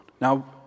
Now